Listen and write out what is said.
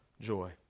joy